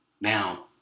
Now